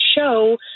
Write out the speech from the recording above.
show